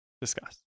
discuss